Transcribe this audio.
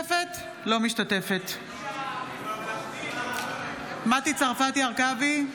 משתתפת בהצבעה מטי צרפתי הרכבי,